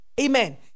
amen